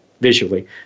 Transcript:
visually